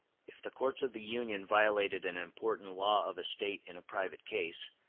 if the courts of the union violated an important law of a state in a private case,